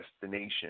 destination